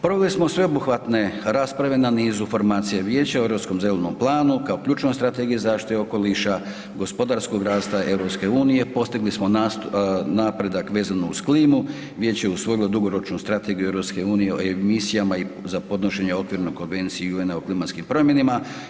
Proveli smo sveobuhvatne rasprave na nizu formacija i vijeća o europskom zelenom planu kao ključne strategije zaštite okoliša, gospodarskog rasta EU, postigli smo napredak vezano uz klimu, vijeće je usvojilo dugoročnu strategiju EU o emisijama za podnošenje okvirno konvenciji UN-a o klimatskim promjenama.